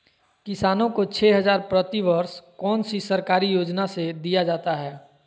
किसानों को छे हज़ार प्रति वर्ष कौन सी सरकारी योजना से दिया जाता है?